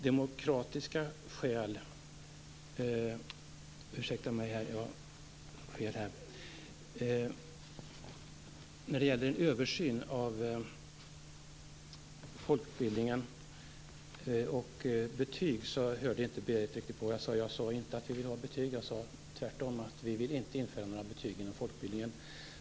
Berit Oscarsson hörde inte riktigt vad jag sade när det gällde folkbildningen och betygen. Jag sade inte att vi vill ha betyg. Jag sade tvärtom att vi inte vill införa några betyg inom folkbildningen.